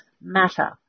matter